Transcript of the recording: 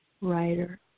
writer